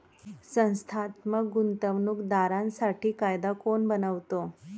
संस्थात्मक गुंतवणूक दारांसाठी कायदा कोण बनवतो?